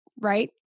right